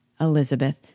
Elizabeth